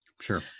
sure